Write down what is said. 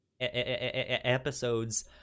episodes